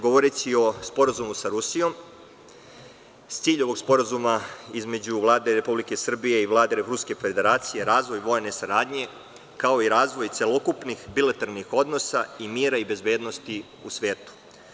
Govoreći o sporazumu sa Rusijom, cilj ovog sporazuma između Vlade Republike Srbije i Vlade Ruske Federacije je razvoj vojne saradnje, kao i razvoj celokupnih bilateralnih odnosa i mira i bezbednosti u svetu.